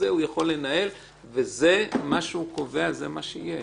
הוא יכול לנהל ומה שהוא קובע, זה מה שיהיה.